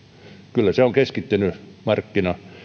kyllä se on keskittynyt markkina